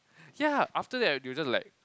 ya after that they'll just like